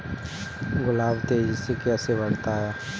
गुलाब तेजी से कैसे बढ़ता है?